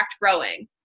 growing